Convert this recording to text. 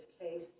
case